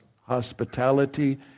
hospitality